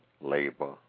labor